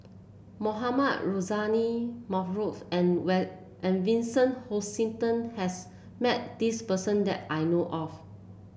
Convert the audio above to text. Mohamed Rozani Maarof and and Vincent Hoisington has met this person that I know of